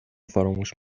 فراموش